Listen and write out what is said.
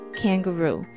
kangaroo